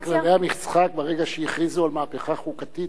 שינו את כללי המשחק ברגע שהכריזו על מהפכה חוקתית,